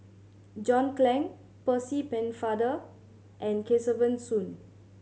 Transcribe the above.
John Clang Percy Pennefather and Kesavan Soon